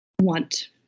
want